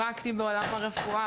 פרקטי בעולם הרפואה.